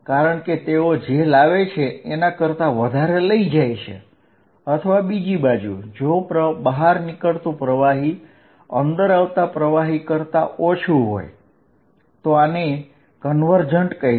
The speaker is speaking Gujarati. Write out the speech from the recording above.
કારણ કે તેઓ જે લાવે છે તેના કરતા વધારે લઈ જાય છે અથવા બીજી બાજુ જો બહાર નીકળતુ પ્રવાહી અંદર આવતા પ્રવાહી કરતા ઓછું હોય તો આને કન્વર્જન્ટ કહીશ